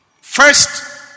first